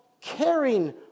caring